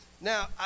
Now